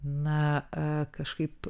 na a kažkaip